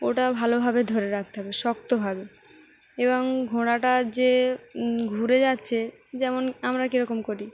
ওটা ভালোভাবে ধরে রাখতে হবে শক্তভাবে এবং ঘোড়াটা যে ঘুরে যাচ্ছে যেমন আমরা কীরকম করি